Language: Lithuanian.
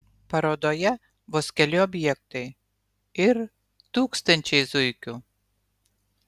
parodoje vos keli objektai ir tūkstančiai zuikių